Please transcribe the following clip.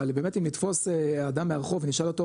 אבל באמת אם נתפוס אדם ברחוב ונשאל אותו